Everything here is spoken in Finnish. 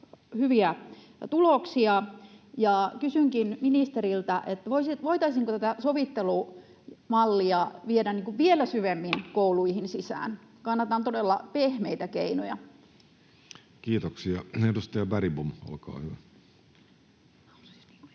hyviä tuloksia, ja kysynkin ministeriltä: Voitaisiinko tätä sovittelumallia viedä vielä syvemmin kouluihin sisään? Kannatan todella pehmeitä keinoja. Kiitoksia. — Edustaja Bergbom, olkaa hyvä.